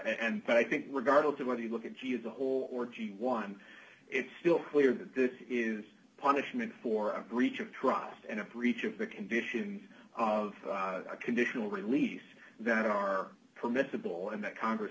and i think regardless of whether you look at g of the whole or g one it's still clear that there is a punishment for a breach of trust and a breach of the condition of a conditional release that are permissible and that congress